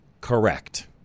Correct